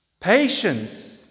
patience